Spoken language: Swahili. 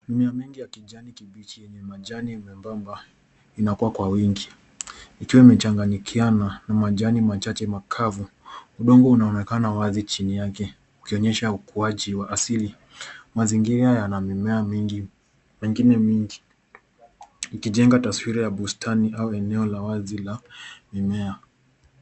Mimea mingi ya kijani kibichi na majani membamba inakuwa kwa wingi ikiwa imechanganyikiana na majani machache makavu. Udongo unaonekana wazi chini yake ukionyesha ukuaji wa asili. Mazingira yana mimea mingi mingine mingi ikijenga taswira ya bustani au eneo la wazi la mimea.